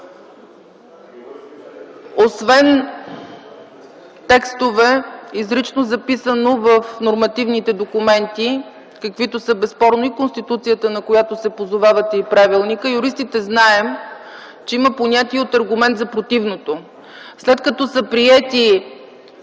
Освен текстове, изрично записани в нормативните документи, каквито са безспорно Конституцията, на която се позовавате, и правилникът, юристите знаем, че има понятие „от аргумент за противното”. След като са приети